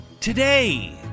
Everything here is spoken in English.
Today